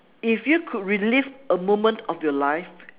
if you could relive a moment of your life